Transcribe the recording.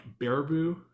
Baraboo